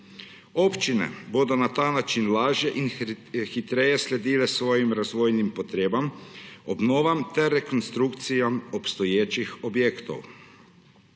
Občine bodo na ta način lažje in hitreje sledile svojim razvojnim potrebam, obnovam ter rekonstrukcijam obstoječih objektov.